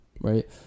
right